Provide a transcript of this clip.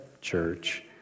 church